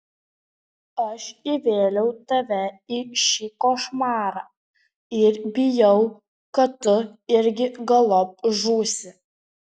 aš įvėliau tave į šį košmarą ir bijau kad tu irgi galop žūsi